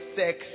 sex